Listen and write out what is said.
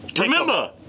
remember